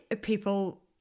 people